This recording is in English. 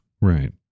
Right